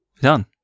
Done